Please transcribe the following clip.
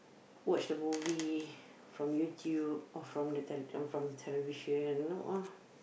watch the movie from YouTube or from the television